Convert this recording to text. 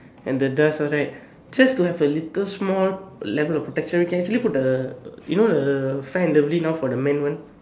and the dust right just to have a little small level of protection we can actually put the you know the fair & lovely now for the man one